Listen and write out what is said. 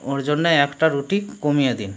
ওর জন্যে একটা রুটি কমিয়ে দিন